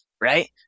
right